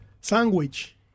Sandwich